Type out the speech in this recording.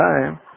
Time